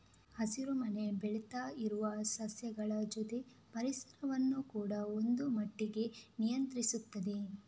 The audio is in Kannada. ಹಸಿರು ಮನೆ ಬೆಳೀತಾ ಇರುವ ಸಸ್ಯಗಳ ಜೊತೆ ಪರಿಸರವನ್ನ ಕೂಡಾ ಒಂದು ಮಟ್ಟಿಗೆ ನಿಯಂತ್ರಿಸ್ತದೆ